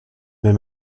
même